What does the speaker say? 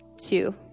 Two